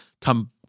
Come